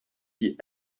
die